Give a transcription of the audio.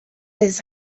his